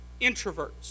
introverts